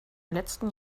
letzten